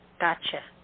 Gotcha